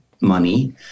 money